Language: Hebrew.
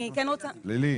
אז אני כן רוצה --- פלילי?